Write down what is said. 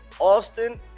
Austin